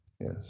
Yes